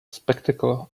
spectacle